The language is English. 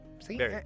See